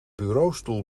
bureaustoel